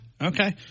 Okay